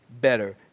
better